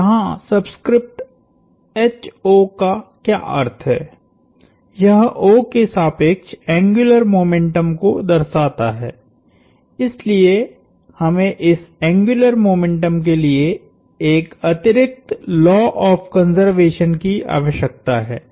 तो यहाँ सबस्क्रिप्टका क्या अर्थ है यह O के सापेक्ष एंग्युलर मोमेंटम को दर्शाता है इसलिए हमें इस एंग्युलर मोमेंटम के लिए एक अतिरिक्त लॉ ऑफ़ कंज़र्वेशन की आवश्यकता है